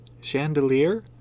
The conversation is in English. Chandelier